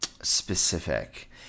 specific